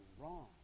wrong